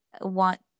want